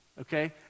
okay